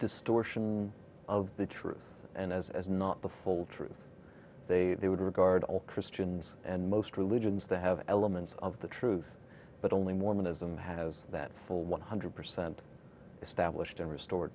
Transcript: distortion of the truth and as as not the full truth they would regard all christians and most religions that have elements of the truth but only mormonism has that for one hundred percent established and restore